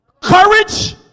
Courage